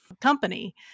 Company